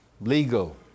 Legal